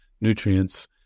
nutrients